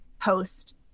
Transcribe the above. post